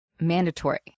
mandatory